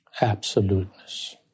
Absoluteness